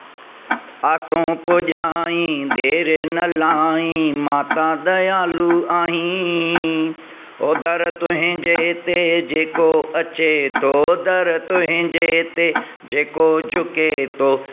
आसूं पुजाईं देर न लाईं माता दयालु आहीं ओ दरु तुंहिंजे ते जेको अचे थो दरु तुंहिंजे ते जेको झुके थो